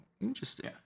interesting